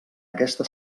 aquesta